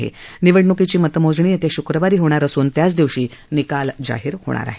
या निवडणुकीची मतमोजणी येत्या शुक्रवारी होणार असून त्याच दिवशी निकाल जाहीर होणार आहे